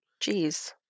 Jeez